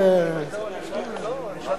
אין.